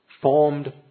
formed